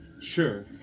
Sure